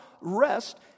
rest